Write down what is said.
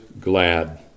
glad